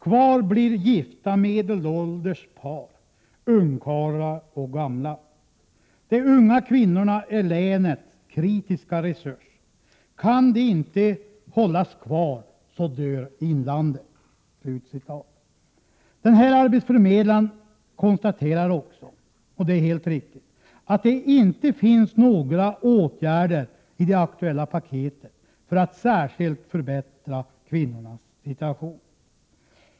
Kvar blir gifta medelålders par, ungkarlar och gamla. De unga kvinnorna är länets kritiska resurs — kan de inte hållas kvar så dör inlandet. Den här arbetsförmedlaren konstaterar också — helt riktigt — att det inte finns några åtgärder i det aktuella paketet för att särskilt förbättra kvinnornas situation.